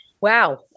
Wow